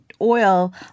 Oil